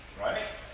right